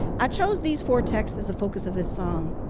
i chose these four texts as the focus of this song.